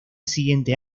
siguiente